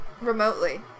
remotely